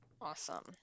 awesome